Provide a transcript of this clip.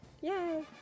Yay